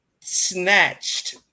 snatched